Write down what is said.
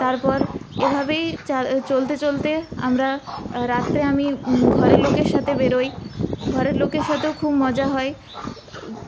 তারপর এভাবেই চা চলতে চলতে আমরা রাত্রে আমি ঘরের লোকের সাথে বেরোই ঘরের লোকের সাথেও খুব মজা হয়